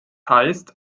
heißt